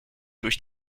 durch